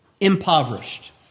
impoverished